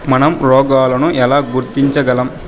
మనం రోగాలను ఎలా గుర్తించగలం?